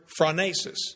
phronesis